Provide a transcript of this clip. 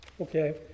Okay